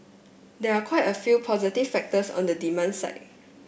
there are quite a few positive factors on the demand side